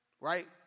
right